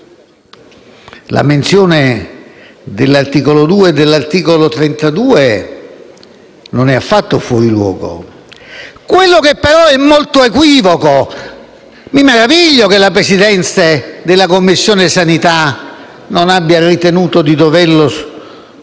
la menzione dell'articolo 2 e dell'articolo 32 non è affatto fuori luogo. Quello che, però, è molto equivoco e mi meraviglio che la Presidente della Commissione sanità non abbia ritenuto di doverlo sottoporre